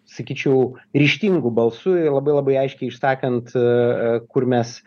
sakyčiau ryžtingu balsu i labai labai aiškiai išsakant a kur mes